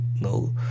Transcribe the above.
No